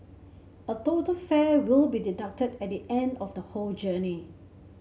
a total fare will be deducted at the end of the whole journey